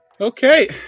okay